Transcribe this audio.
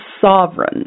sovereign